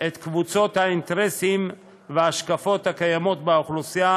את קבוצות האינטרסים וההשקפות הקיימות באוכלוסייה,